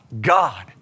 God